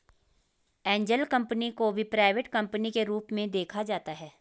angel company को भी private company के रूप में देखा जाता है